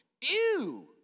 Ew